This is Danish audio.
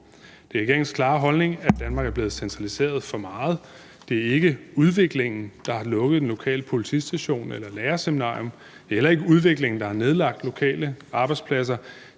Det er regeringens klare holdning, at Danmark er blevet centraliseret for meget. Det er ikke udviklingen, der har lukket den lokale politistation eller det lokale lærerseminarium. Det er heller ikke udviklingen, der har nedlagt lokale arbejdspladser.